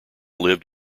lived